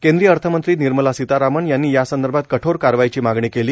केंद्रीय अर्थमंत्री निर्मला सीतारामन यांनी यासंदर्भात कठोर कारवाईची मागणी केली